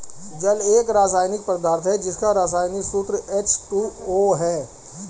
जल एक रसायनिक पदार्थ है जिसका रसायनिक सूत्र एच.टू.ओ है